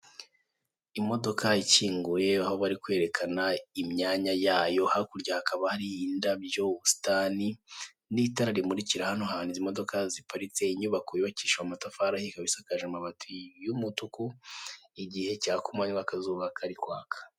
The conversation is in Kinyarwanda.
Imodoka ikingiye, aho barikwerekana imyanya yayo, hakurya hakaba hari indabyo, ubusitani nitara rimurikira hano hantu izi modoka ziparitse, inyubako yubakishijwe amatafari ahiye ikaba isakaje amabati y'umutuku , igihe cyakumanywa akazuba kari kwaka.